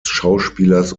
schauspielers